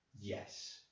Yes